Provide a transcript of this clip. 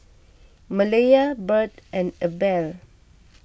Malaya Bird and Abel